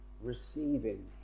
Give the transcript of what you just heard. receiving